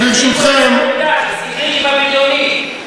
הסיקריקים הבריונים.